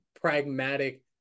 pragmatic